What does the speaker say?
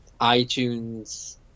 itunes